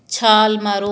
ਛਾਲ ਮਾਰੋ